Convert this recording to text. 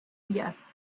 yes